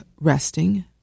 resting